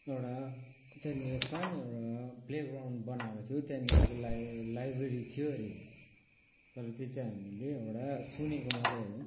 एउटा त्यहाँनिर सानो एउटा प्लेग्राउन्ड बनाएको थियो त्यहाँनिर चाहिँ लाई लाइब्रेरी थियो अरे तर त्यो चाहिँ हामीले एउटा सुनेको मात्रै हो